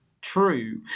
true